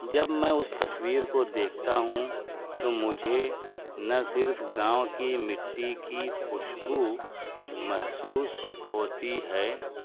جب میں اس تصویر کو دیکھتا ہوں تو مجھے نہ صرف گاؤں کی مٹی کی خوشبو محسوس ہوتی ہے